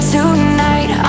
Tonight